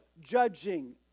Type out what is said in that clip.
judging